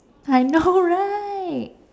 I know right